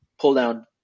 pull-down